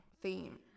theme